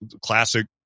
classic